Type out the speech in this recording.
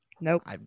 Nope